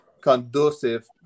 conducive